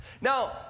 Now